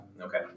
Okay